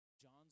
John's